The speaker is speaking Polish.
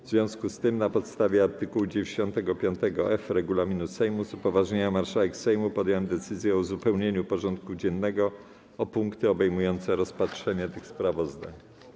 W związku z tym, na podstawie art. 95f regulaminu Sejmu, z upoważnienia marszałek Sejmu podjąłem decyzję o uzupełnieniu porządku dziennego o punkty obejmujące rozpatrzenie tych sprawozdań.